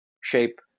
shape